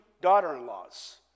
daughter-in-laws